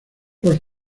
los